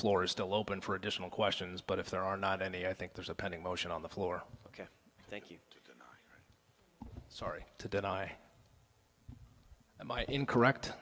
floor is still open for additional questions but if there are not any i think there's a pending motion on the floor ok thank you sorry to deny my incorrect